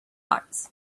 arts